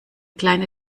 kleine